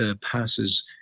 passes